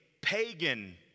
pagan